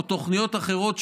ובין שאלו תוכניות אחרות,